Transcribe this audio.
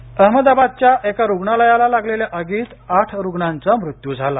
आग अहमदाबादच्या एका रुग्णालयाला लागलेल्याआगीत आठ रुग्णांचा मृत्यू झाला